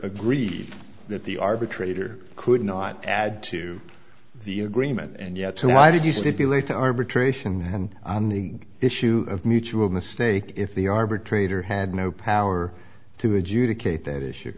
agreed that the arbitrator could not add to the agreement and yet so why did you stipulate to arbitration and on the issue of mutual mistake if the arbitrator had no power to adjudicate that issue